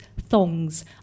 thongs